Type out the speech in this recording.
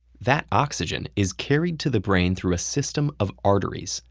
that oxygen is carried to the brain through a system of arteries.